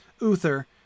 Uther